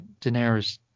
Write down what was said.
daenerys